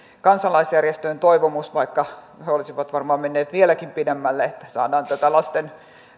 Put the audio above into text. kansalaisjärjestöjen toivomus vaikka he he olisivat varmaan menneet vieläkin pidemmälle että saadaan tätä lasten